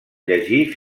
llegir